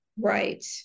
Right